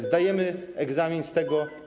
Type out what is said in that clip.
Zdajemy egzamin z tego.